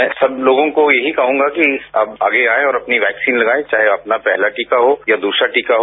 मैं सब लोगों को यही कहूंगा कि आप आगे आए अपनी वैक्सीन लगाएं चाहें आपका पहला टीका हो या दूसरा टीका हो